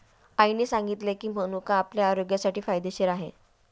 आईने सांगितले की, मनुका आपल्या आरोग्यासाठी फायदेशीर आहे